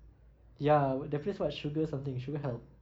ya the place what sugar something sugar health